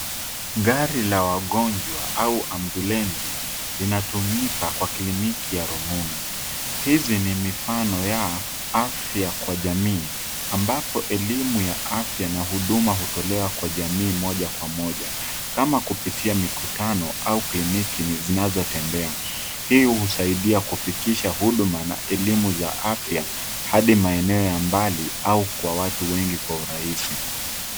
Gari la wagonjwa au ambulensi linatumika kwa kliniki ya rununu. Hizi ni mifano ya afya kwa jamii ambapo elimu ya afya na huduma hutolewa kwa jamii moja kwa moja kama kupitia mikutano au kliniki zinazotembea. Hii husaidia kufikisha huduma na elimu za afya hadi maeneo ya mbali au kwa watu wengi kwa urahisi.